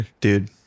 Dude